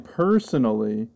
personally